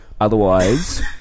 Otherwise